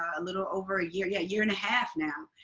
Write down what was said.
a little over a year. yeah, a year and a half now.